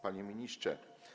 Panie Ministrze!